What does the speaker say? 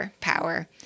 power